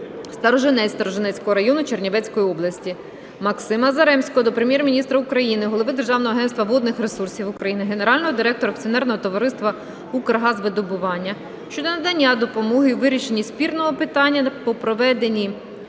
Сторожинець Сторожинецького району Чернівецької області. Максима Заремського до Прем'єр-міністра України, голови Державного агентства водних ресурсів України, Генерального директора акціонерного товариства "Укргазвидобування" щодо надання допомоги у вирішенні спірного питання по проведенні